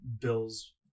bill's